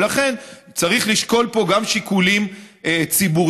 ולכן צריך לשקול פה גם שיקולים ציבוריים,